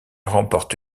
remporte